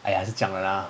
是这样的 lah